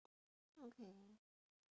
okay